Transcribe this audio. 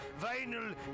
vinyl